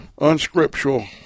unscriptural